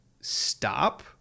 stop